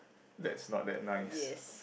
that's not that nice